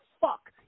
fuck